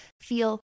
feel